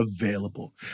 available